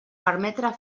permetre